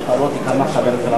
אני אצטרך.